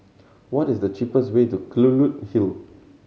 what is the cheapest way to Kelulut Hill